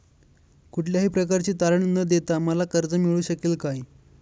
कुठल्याही प्रकारचे तारण न देता मला कर्ज मिळू शकेल काय?